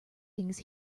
things